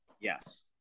yes